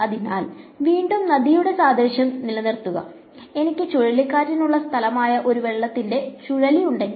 അതിനാൽ വീണ്ടും നദിയുടെ സാദൃശ്യം നിലനിർത്തുക എനിക്ക് ചുഴലിക്കാറ്റിനുള്ള സ്ഥലമായ ഒരു വെള്ളത്തിന്റെ ചുഴി ഉണ്ടെങ്കിൽ